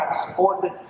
transported